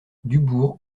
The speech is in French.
dubourg